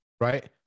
right